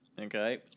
Okay